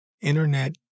internet